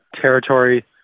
territory